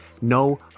no